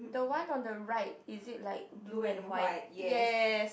the one on the right is it like blue and white yes